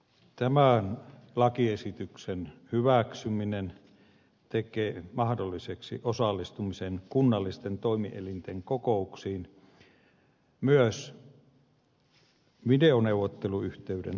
tämän lakiesityksen hyväksyminen tekee mahdolliseksi osallistumisen kunnallisten toimielinten kokouksiin myös videoneuvotteluyhteyden avulla